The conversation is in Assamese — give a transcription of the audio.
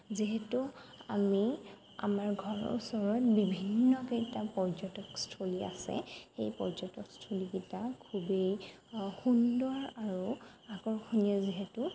যিহেতু আমি আমাৰ ঘৰৰ ওচৰত বিভিন্নকেইটা পৰ্যটকস্থলী আছে সেই পৰ্যটকস্থলীকেইটা খুবেই সুন্দৰ আৰু আকৰ্ষণীয় যিহেতু